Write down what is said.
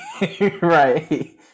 right